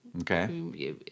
Okay